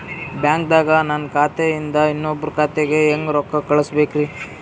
ಬ್ಯಾಂಕ್ದಾಗ ನನ್ ಖಾತೆ ಇಂದ ಇನ್ನೊಬ್ರ ಖಾತೆಗೆ ಹೆಂಗ್ ರೊಕ್ಕ ಕಳಸಬೇಕ್ರಿ?